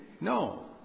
No